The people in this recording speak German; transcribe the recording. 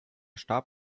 starb